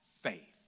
faith